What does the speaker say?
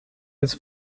des